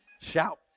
shout